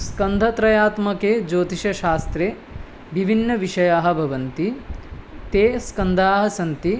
स्कन्धत्रयात्मके ज्योतिषशास्त्रे विभिन्नविषयाः भवन्ति ते स्कन्धाः सन्ति